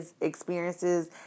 experiences